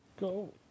Go